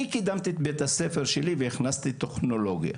אני קידמתי את בית הספר שלי והכנסתי טכנולוגיה,